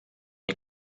nie